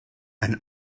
and